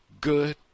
good